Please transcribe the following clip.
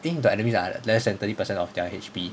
I think the enemies are less than thirty percent of their H_P